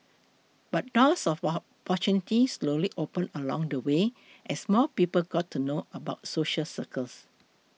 but doors of opportunity slowly opened along the way as more people got to know about social circus